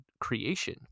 creation